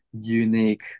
unique